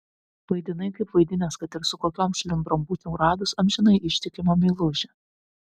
vaidinai kaip vaidinęs kad ir su kokiom šliundrom būčiau radus amžinai ištikimą meilužį